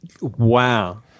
Wow